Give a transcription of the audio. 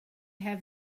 have